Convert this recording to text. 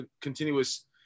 continuous